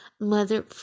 Mother